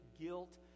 guilt